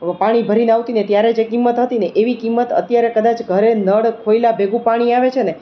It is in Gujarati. હું પાણી ભરીને આવતી અને ત્યારે જે કિંમત હતી એવી જ કિંમત અત્યારે કદાચ ઘરે નળ ખોલ્યાં ભેગું પાણી આવે છે ને